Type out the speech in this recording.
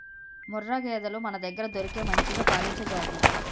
ముర్రా గేదెలు మనదగ్గర దొరికే మంచిగా పాలిచ్చే జాతి